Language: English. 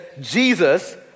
Jesus